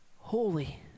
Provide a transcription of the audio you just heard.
holy